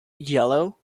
yellow